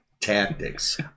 tactics